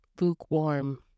lukewarm